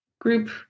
Group